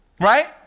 Right